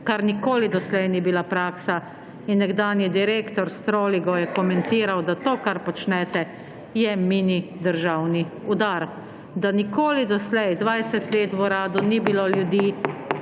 kar nikoli do zdaj ni bila praksa. Nekdanji direktor Stroligo je komentiral, da to, kar počnete, je mini državni urad. Da nikoli do zdaj, 20 let v uradu ni bilo ljudi,